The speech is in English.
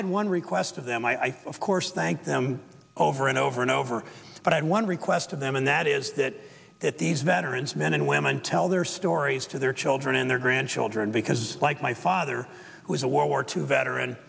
had one request of them i of course thank them over and over and over but i had one request of them and that is that that these veterans men and women tell their stories to their children and their grandchildren because like my father was a world war two veteran